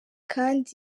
kand